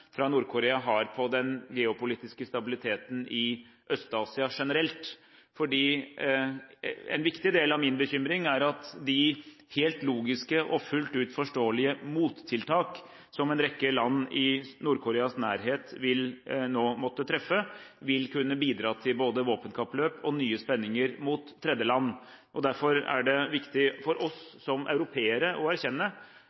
fra Nord-Korea har på den geopolitiske stabiliteten i Øst-Asia generelt. En viktig del av min bekymring er at de helt logiske og fullt ut forståelige mottiltak som en rekke land i Nord-Koreas nærhet nå vil måtte treffe, vil kunne bidra til både våpenkappløp og nye spenninger mot tredjeland. Derfor er det viktig for